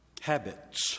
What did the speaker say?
habits